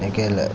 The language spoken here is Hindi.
अकेले